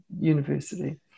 university